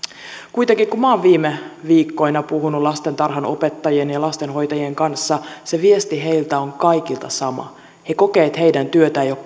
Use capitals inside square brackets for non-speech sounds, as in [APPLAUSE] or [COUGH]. kuitenkin kun minä olen viime viikkoina puhunut lastentarhanopettajien ja lastenhoitajien kanssa se viesti heiltä kaikilta on sama he kokevat että heidän työtään ei ole [UNINTELLIGIBLE]